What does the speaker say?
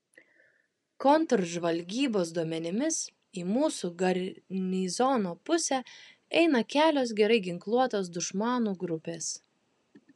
kontržvalgybos duomenimis į mūsų garnizono pusę eina kelios gerai ginkluotos dušmanų grupės